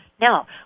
Now